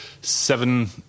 seven